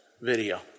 video